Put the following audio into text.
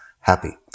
happy